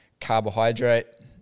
carbohydrate